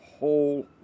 whole